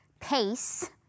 pace